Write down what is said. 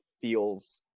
feels